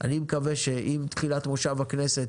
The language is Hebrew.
אני מקווה שעם תחילת מושב הכנסת